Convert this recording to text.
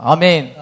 Amen